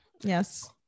yes